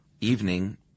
evening